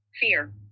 fear